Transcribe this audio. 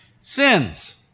sins